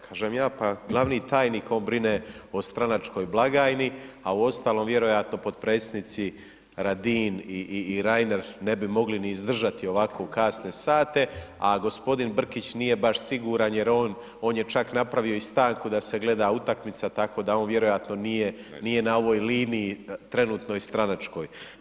Kažem ja pa glavni tajnik, on brine o stranačkoj blagajni, a uostalom vjerojatno potpredsjednici Radin i Reiner ne bi mogli ni izdržati ovako kasne sate, a g. Brkić nije baš siguran jer on, on je čak i napravio i stanku da se gleda utakmica, tako da on vjerojatno nije na ovoj liniji trenutno stranačkoj.